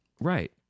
Right